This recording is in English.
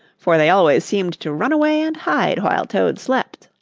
for they always seemed to run away and hide while toad slept.